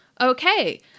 okay